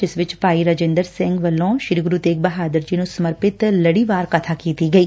ਜਿਸ ਵਿੱਚ ਭਾਈ ਰਾਜਿੰਦਰ ਸਿੰਘ ਵੱਲੋਂ ਸ੍ਰੀ ਗੁਰ ਤੇਗ ਬਹਾਦਰ ਜੀ ਨੂੰ ਸਮਰਪਿਤ ਲੜੀ ਵਾਰ ਕਬਾ ਕੀਤੀ ਗਈ